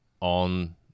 on